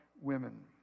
women